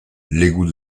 l’égout